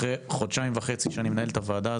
אחרי חודשיים וחצי